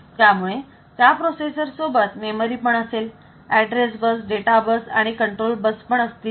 त्यामुळे त्या प्रोसेसर सोबत मेमरी पण असेल ऍड्रेस बस डेटा बस आणि कंट्रोल बस पण असतील